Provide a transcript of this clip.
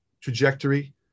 trajectory